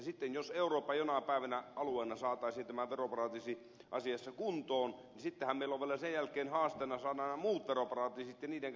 sitten jos eurooppa jonain päivänä alueena saataisiin tässä veroparatiisiasiassa kuntoon niin sittenhän meillä on vielä sen jälkeen haasteena saada kuntoon nämä muut veroparatiisit ja niiden kanssa yhteistyö syntymään